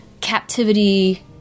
captivity